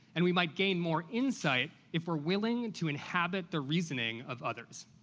and we might gain more insight if we're willing to inhabit the reasoning of others.